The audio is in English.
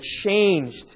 changed